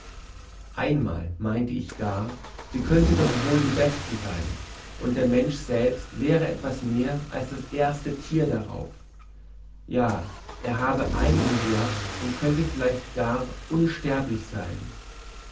einmal meinte ich gar sie könnte doch wohl die beste sein und der mensch selbst wäre etwas mehr als das erste thier darauf ja er habe einigen werth und könne vielleicht gar unsterblich sein